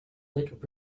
lit